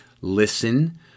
listen